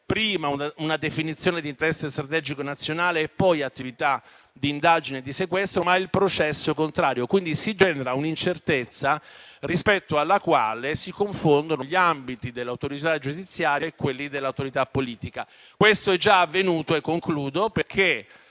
prima una definizione di interesse strategico nazionale e poi un'attività di indagine e di sequestro, ma il processo contrario, generando un'incertezza rispetto alla quale si confondono gli ambiti dell'autorità giudiziaria e quelli dell'autorità politica. Questo è già avvenuto perché,